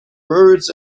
words